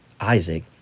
Isaac